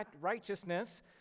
righteousness